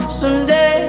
someday